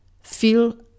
feel